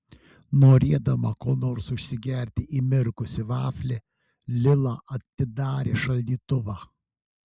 norėdama kuo nors užsigerti įmirkusį vaflį lila atidarė šaldytuvą